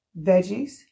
veggies